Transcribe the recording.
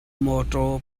mawtaw